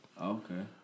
Okay